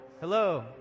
Hello